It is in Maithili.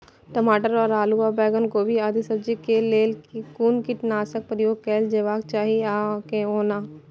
टमाटर और आलू और बैंगन और गोभी आदि सब्जी केय लेल कुन कीटनाशक प्रयोग कैल जेबाक चाहि आ कोना?